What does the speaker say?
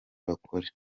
bakore